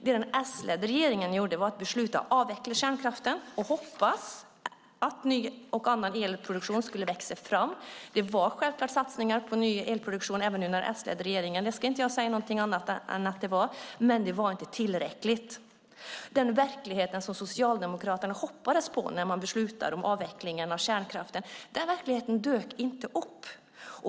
Det den s-ledda regeringen gjorde var att besluta att avveckla kärnkraften och hoppas att ny och annan elproduktion skulle växa fram. Det var självklart satsningar på ny elproduktion även under en s-ledd regering. Det ska jag inte säga annat än att det var, men det var inte tillräckligt. Den verklighet som Socialdemokraterna hoppades på när man beslutade om avvecklingen av kärnkraften dök inte upp.